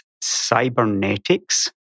cybernetics